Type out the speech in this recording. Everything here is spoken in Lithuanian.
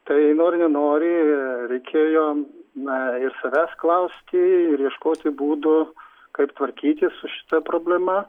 tai nori nenori reikėjo na ir savęs klausti ir ieškoti būdų kaip tvarkytis su šita problema